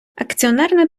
акціонерне